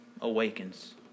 awakens